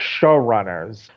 showrunners